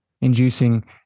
inducing